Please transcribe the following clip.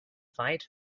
weit